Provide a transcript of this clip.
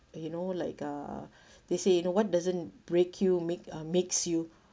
you know like uh they say you know what doesn't break you make uh makes you